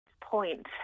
Point